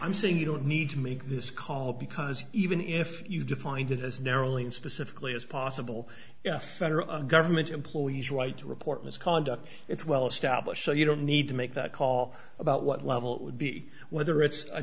i'm saying you don't need to make this call because even if you defined it as narrowly and specifically as possible yes federal government employees like to report misconduct it's well established so you don't need to make that call about what level would be whether it's a